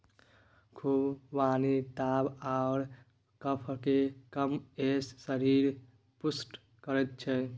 खुबानी वात आओर कफकेँ कम कए शरीरकेँ पुष्ट करैत छै